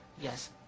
yes